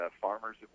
farmers